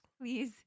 Please